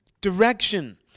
direction